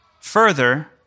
Further